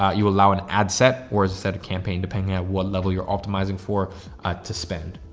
ah you allow an ad set or a set of campaign depending on what level you're optimizing for a to spend.